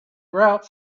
grout